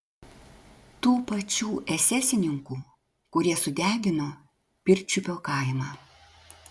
tų pačių esesininkų kurie sudegino pirčiupio kaimą